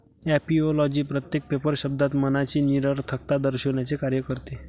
ऍपिओलॉजी प्रत्येक पेपर शब्दात मनाची निरर्थकता दर्शविण्याचे कार्य करते